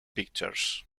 pictures